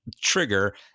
trigger